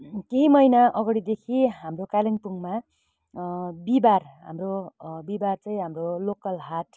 केही महिना अगाडिदेखि हाम्रो कालिम्पोङमा बिहीबार हाम्रो बिहीबार चाहिँ हाम्रो लोकल हाट